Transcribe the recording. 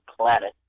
planet